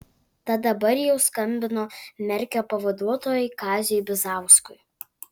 tad dabar jau skambino merkio pavaduotojui kaziui bizauskui